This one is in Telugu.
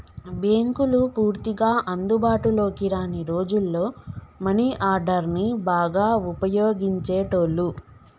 బ్యేంకులు పూర్తిగా అందుబాటులోకి రాని రోజుల్లో మనీ ఆర్డర్ని బాగా వుపయోగించేటోళ్ళు